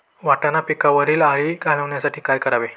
वाटाणा पिकावरील अळी घालवण्यासाठी काय करावे?